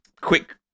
quick